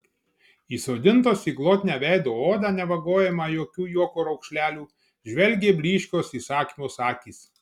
įsodintos į glotnią veido odą nevagojamą jokių juoko raukšlelių žvelgė blyškios įsakmios akys